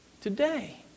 today